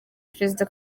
perezida